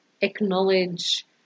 Acknowledge